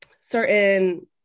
certain